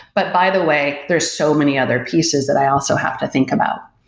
but by the way, there are so many other pieces that i also have to think about.